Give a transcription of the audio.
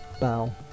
bow